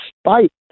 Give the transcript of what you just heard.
spite